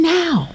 now